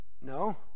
No